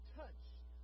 touched